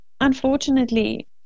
unfortunately